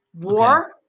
war